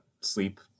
sleep